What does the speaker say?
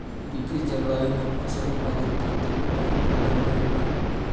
विपरीत जलवायु में फसल उत्पादन खातिर उपाय ढूंढ़ल गइल बा